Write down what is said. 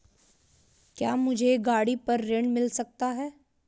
क्या मुझे गाड़ी पर ऋण मिल सकता है?